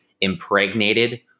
impregnated